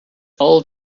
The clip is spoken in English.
old